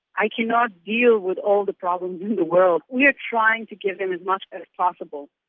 i cannot deal with all the problems in the world. we are trying to give them as much as possible